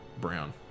brown